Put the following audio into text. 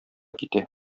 китә